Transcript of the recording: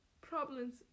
problems